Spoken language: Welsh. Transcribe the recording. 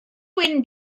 wyn